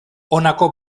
honako